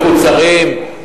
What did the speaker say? אין קשר להסכם שכר.